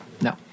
No